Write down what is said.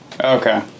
Okay